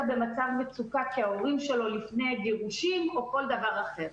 במצב מצוקה כי ההורים שלו לפני גירושין או כל דבר אחר.